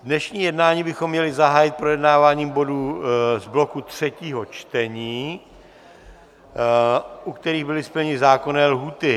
Dnešní jednání bychom měli zahájit projednáváním bodů z bloku třetího čtení, u kterých byly splněny zákonné lhůty.